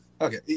okay